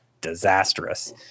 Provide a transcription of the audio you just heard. disastrous